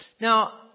Now